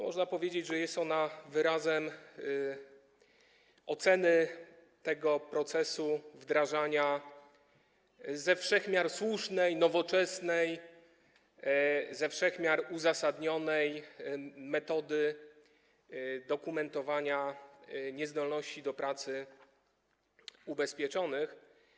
Można powiedzieć, że jest ona wyrazem oceny tego procesu wdrażania ze wszech miar słusznej, nowoczesnej, ze wszech miar uzasadnionej metody dokumentowania niezdolności do pracy ubezpieczonych.